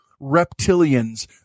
reptilians